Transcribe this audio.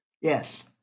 Yes